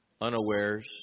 unawares